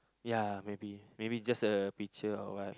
ya maybe maybe just a picture or what